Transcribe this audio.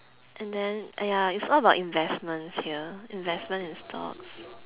and then !aiya! it's all about investments here investments and stocks